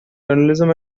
journalism